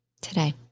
today